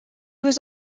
was